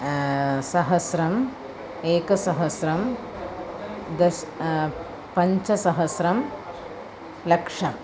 सहस्रम् एकसहस्रं दश पञ्चसहस्रं लक्षम्